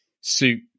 suit